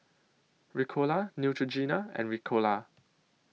Ricola Neutrogena and Ricola